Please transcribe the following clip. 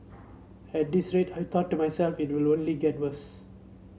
at this rate I thought to myself it will only get worse